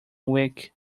week